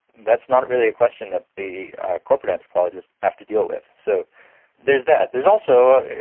that's not really a question that the corporate anthropologists have to deal with. so there's that. there's also,